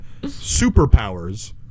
superpowers